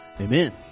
Amen